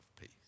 peace